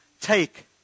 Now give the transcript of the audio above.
Take